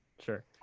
Sure